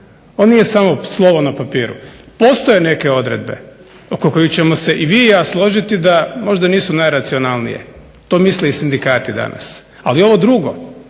on nije samo slovo na papiru. Postoje neke odredbe oko kojih ćemo se i vi i ja složiti da možda nisu najracionalnije, to misle i sindikati danas. Ali ovo drugo,